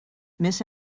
miss